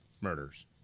murders